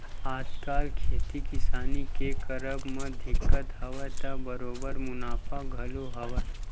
आजकल खेती किसानी के करब म दिक्कत हवय त बरोबर मुनाफा घलो हवय